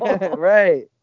Right